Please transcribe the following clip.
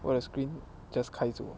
我的 screen just 开着 ah